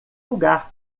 lugar